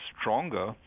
stronger